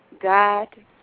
God